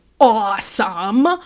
awesome